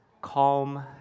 calm